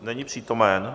Není přítomen.